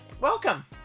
Welcome